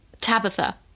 Tabitha